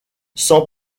sans